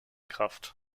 kraft